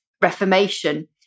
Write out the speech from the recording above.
Reformation